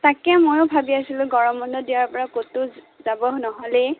তাকে ময়ো ভাবি আছিলোঁ গৰম বন্ধ দিয়াৰ পৰা ক'তো যাব নহ'লেই